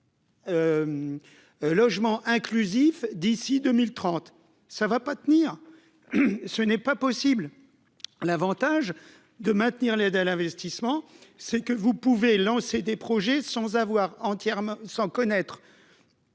Logement inclusif d'ici 2030, ça va pas tenir ce n'est pas possible : l'avantage de maintenir l'aide à l'investissement, c'est que vous pouvez lancer des projets sans avoir